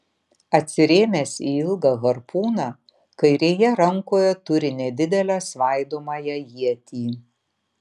atsirėmęs į ilgą harpūną kairėje rankoje turi nedidelę svaidomąją ietį